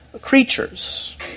creatures